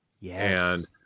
yes